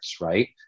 right